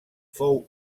fou